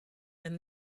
and